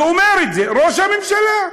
ואומר את זה ראש הממשלה.